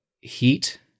heat